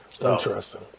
Interesting